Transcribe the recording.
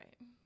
right